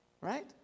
Right